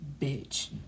bitch